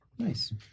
Nice